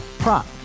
prop